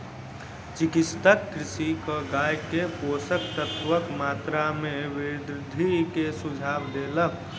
चिकित्सक कृषकक गाय के पोषक तत्वक मात्रा में वृद्धि के सुझाव देलक